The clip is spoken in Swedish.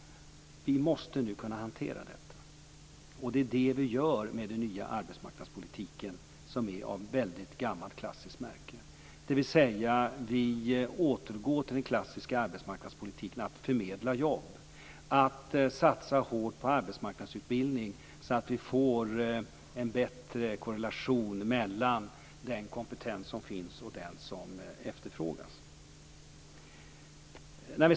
Vi måste nu kunna hantera detta, och det är det vi gör med den nya arbetsmarknadspolitiken, som är av väldigt gammalt klassiskt märke. Vi återgår till den klassiska arbetsmarknadspolitiken att förmedla jobb och att satsa hårt på arbetsmarknadsutbildning så att vi får en bättre korrelation mellan den kompetens som finns och den som efterfrågas.